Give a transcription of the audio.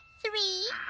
three,